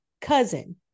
cousin